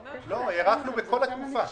לא, הארכנו בכל התקופה.